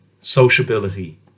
sociability